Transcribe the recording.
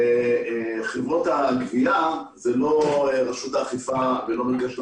לחברות הגבייה זה לא רשות האכיפה ולא מרכז שלטון